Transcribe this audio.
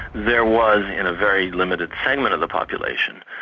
there was in a very limited segment of the population,